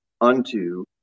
unto